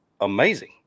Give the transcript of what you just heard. amazing